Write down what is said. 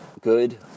good